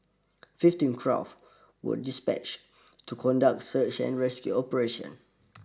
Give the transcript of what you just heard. fifteen craft were dispatched to conduct search and rescue operations